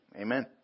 amen